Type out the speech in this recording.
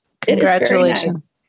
Congratulations